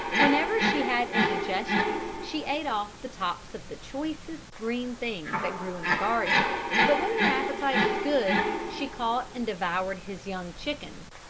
whenever she had indigestion she ate off the tops of the choicest green things that grew in the garden but when her appetite was good she caught and devoured his young chickens.